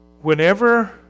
Whenever